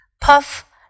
Puff